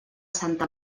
santa